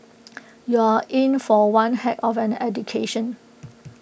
you're in for one heck of an education